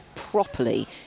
properly